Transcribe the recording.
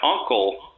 uncle